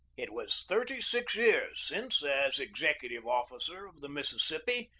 it was thirty-six years since, as executive officer of the mississippi,